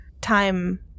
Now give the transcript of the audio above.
time